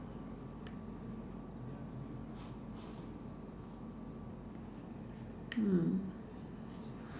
hmm